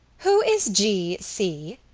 who is g. c?